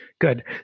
Good